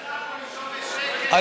אז אפשר לישון בשקט, אז אפשר לישון בשקט.